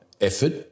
effort